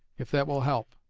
if that will help.